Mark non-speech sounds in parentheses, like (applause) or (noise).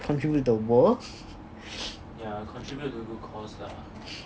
contributed to the world (noise)